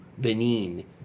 Benin